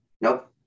nope